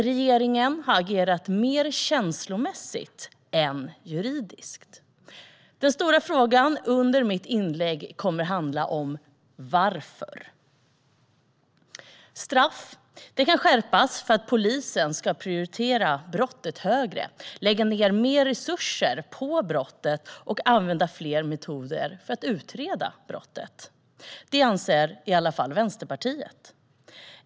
Regeringen har agerat mer känslomässigt än juridiskt. Den stora frågan under mitt anförande kommer att vara: Varför? Straff kan skärpas för att polisen ska prioritera brottet högre, lägga ned mer resurser på brottet och använda fler metoder för att utreda brottet. Det anser i alla fall Vänsterpartiet.